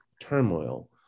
turmoil